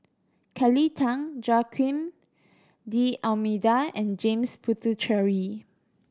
Kelly Tang Joaquim D'Almeida and James Puthucheary